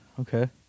Okay